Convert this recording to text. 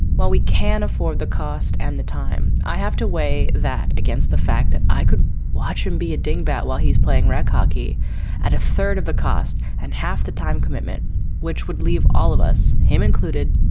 while we can afford the cost and the time, i have to weigh that against the fact that i could watch and be a dingbat while he's playing raq hockey at a third of the cost and half the time commitment which would leave all of us, him included.